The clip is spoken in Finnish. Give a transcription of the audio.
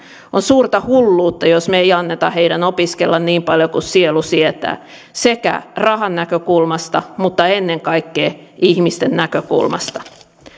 on suurta hulluutta jos me emme anna heidän opiskella niin paljon kuin sielu sietää sekä rahan näkökulmasta mutta ennen kaikkea ihmisten näkökulmasta